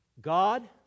God